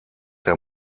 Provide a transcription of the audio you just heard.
der